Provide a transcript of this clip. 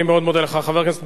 חבר הכנסת מוחמד ברכה, בבקשה.